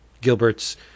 Gilbert's